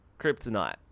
kryptonite